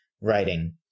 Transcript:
writing